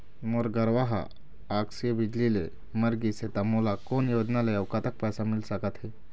मोर गरवा हा आकसीय बिजली ले मर गिस हे था मोला कोन योजना ले अऊ कतक पैसा मिल सका थे?